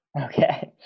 Okay